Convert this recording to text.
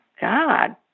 God